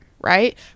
right